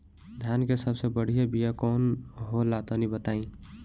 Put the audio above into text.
धान के सबसे बढ़िया बिया कौन हो ला तनि बाताई?